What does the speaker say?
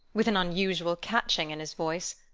with an unusual catching in his voice,